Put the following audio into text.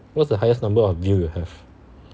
what's the highest number of view you have